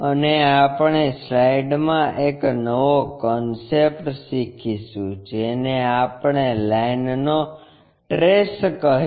અને આપણે સ્લાઇડમાં એક નવો કન્સેપ્ટ શીખીશું જેને આપણે લાઈનનો ટ્રેસ કહીએ છીએ